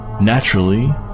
Naturally